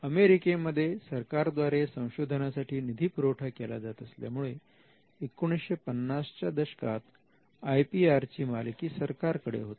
अमेरिकेमध्ये सरकार द्वारे संशोधनासाठी निधी पुरवठा केला जात असल्यामुळे 1950 च्या दशकात आय पी आर ची मालकी सरकार कडे होती